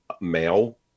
male